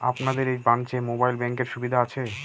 আপনাদের এই ব্রাঞ্চে মোবাইল ব্যাংকের সুবিধে আছে?